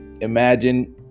Imagine